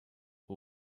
who